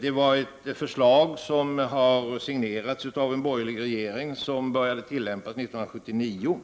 Det kom till på förslag som var signerat av den borgerliga regeringen, och systemet började tillämpas 1979.